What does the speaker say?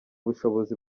bushobozi